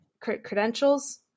credentials